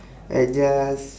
I just